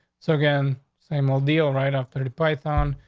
so again. same old deal right after the python.